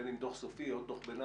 בין אם דוח סופי או דוח ביניים,